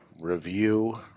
Review